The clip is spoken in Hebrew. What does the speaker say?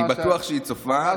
אני בטוח שהיא צופה,